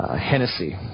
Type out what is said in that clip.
Hennessy